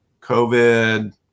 COVID